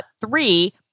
Three